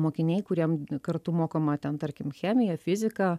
mokiniai kuriem kartu mokoma ten tarkim chemija fizika